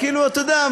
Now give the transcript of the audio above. אתה יודע,